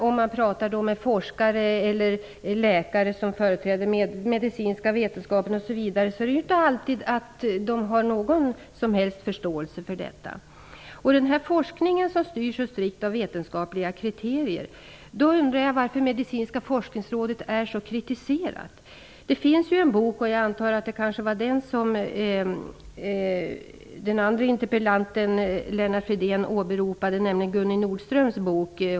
Om man pratar med forskare eller läkare som företräder den medicinska vetenskapen är det inte alltid att de har någon som helst förståelse för detta. Den forskningen styrs strikt av vetenskapliga kriterier. Jag undrar varför Medicinska forskningsrådet är så kritiserat. Det finns ju en bok, och jag antar att det kanske var den som den andra interpellanten Lennart Fridén åberopade, nämligen Gunnel Nordströms bok.